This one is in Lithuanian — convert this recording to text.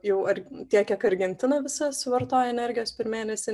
jau ar tiek kiek argentina visa suvartoja energijos per mėnesį